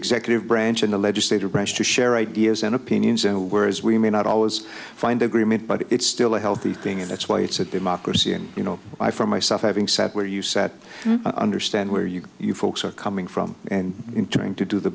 executive branch in the legislative branch to share ideas and opinions whereas we may not always find agreement but it's still a healthy thing and that's why it's a democracy and you know i found myself having sat where you sat understand where you you folks are coming from and going to do the